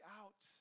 out